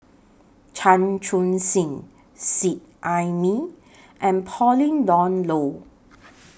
Chan Chun Sing Seet Ai Mee and Pauline Dawn Loh